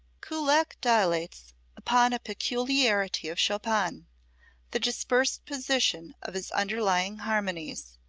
kullak dilates upon a peculiarity of chopin the dispersed position of his underlying harmonies.